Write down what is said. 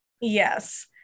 Yes